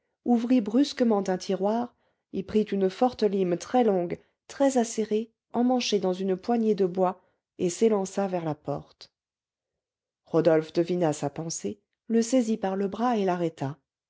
ouvrit brusquement un tiroir y prit une forte lime très longue très acérée emmanchée dans une poignée de bois et s'élança vers la porte rodolphe devina sa pensée le saisit par le bras et l'arrêta